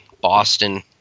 Boston